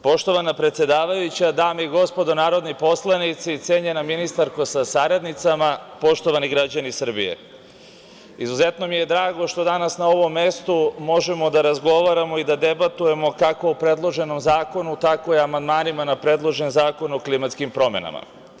Poštovana predsedavajuća, dame i gospodo narodni poslanici, cenjena ministarko sa saradnicama, poštovani građani Srbije, izuzetno mi je drago što danas na ovom mestu možemo da razgovaramo i da debatujemo kako o predloženom zakonu, tako i o amandmanima na predloženi zakon o klimatskim promenama.